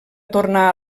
tornar